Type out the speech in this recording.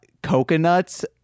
coconuts